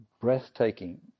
breathtaking